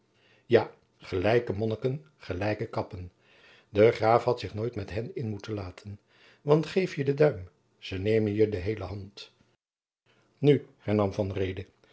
ja gelijke monniken gelijke kappen de graaf had zich nooit met hen in moeten laten want geef je den duim ze nemen je de heele hand nu hernam